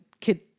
kid